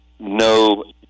No